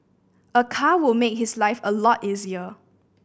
a car will make his life a lot easier